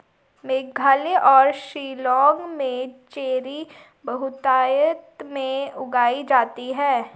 मेघालय और शिलांग में चेरी बहुतायत में उगाई जाती है